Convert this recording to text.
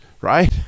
right